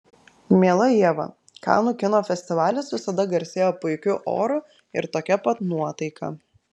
miela ieva kanų kino festivalis visada garsėjo puikiu oru ir tokia pat nuotaika